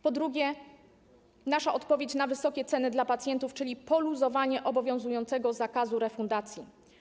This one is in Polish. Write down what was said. Po drugie, nasza odpowiedź na wysokie ceny dla pacjentów, czyli poluzowanie obowiązującego zakazu refundacji.